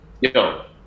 yo